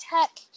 tech